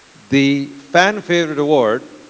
the fan favorite award,